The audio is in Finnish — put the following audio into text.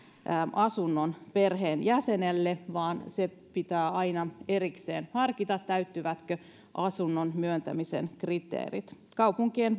asunnon perheenjäsenelle onkin siis kohtuuton ja epäoikeudenmukainen ohituskaista pitää aina erikseen harkita täyttyvätkö asunnon myöntämisen kriteerit kaupunkien